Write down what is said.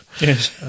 Yes